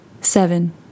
seven